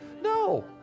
No